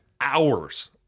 hours